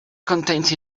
contains